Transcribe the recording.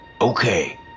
Okay